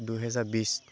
দুহেজা বিছ